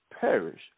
perish